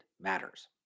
matters